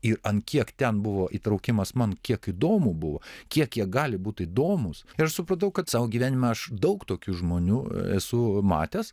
ir ant kiek ten buvo įtraukimas man kiek įdomu buvo kiek jie gali būt įdomūs ir aš supratau kad gyvenime aš daug tokių žmonių esu matęs